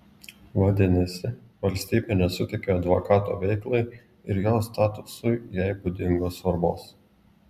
vadinasi valstybė nesuteikia advokato veiklai ir jo statusui jai būdingos svarbos